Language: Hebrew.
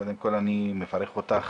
קודם כל, אני מברך אותך.